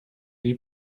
die